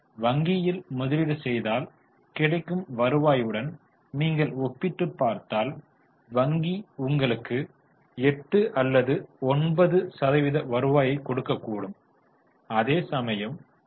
வங்கியில் முதலீடு செய்தால் கிடைக்கும் வருவாயுடன் நீங்கள் ஒப்பிட்டுப் பார்த்தால் வங்கி உங்களுக்கு 8 அல்லது 9 சதவிகித வருவாயைக் கொடுக்கக்கூடும் அதேசமயம் டி